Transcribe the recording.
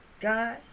God